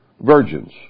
virgins